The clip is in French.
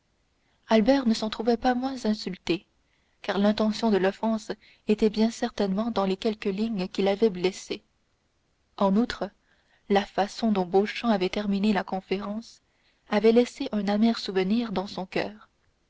albert ne s'en trouvait pas moins insulté car l'intention de l'offense était bien certainement dans les quelques lignes qui l'avaient blessé en outre la façon dont beauchamp avait terminé la conférence avait laissé un amer souvenir dans son coeur